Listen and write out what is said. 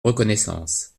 reconnaissance